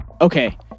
Okay